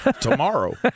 tomorrow